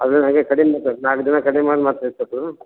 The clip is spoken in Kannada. ಅದ್ರಲ್ಲಿ ಹಾಗೇ ಕಡಿಮೆ ಆತದೆ ನಾಲ್ಕು ದಿನ ಕಡಿಮೆ ಆಗಿ ಮತ್ತೆ ಹೆಚ್ಚು ಆತದ